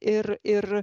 ir ir